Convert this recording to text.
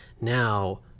now